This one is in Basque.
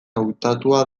hautatua